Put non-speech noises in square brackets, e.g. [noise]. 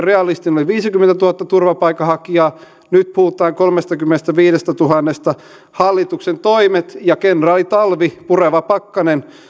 [unintelligible] realistinen ennuste oli viisikymmentätuhatta turvapaikanhakijaa nyt puhutaan kolmestakymmenestäviidestätuhannesta hallituksen toimet ja kenraali talvi pureva pakkanen